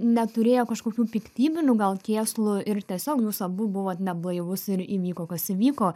neturėjo kažkokių piktybinių gal kėslų ir tiesiog jūs abu buvot neblaivūs ir įvyko kas įvyko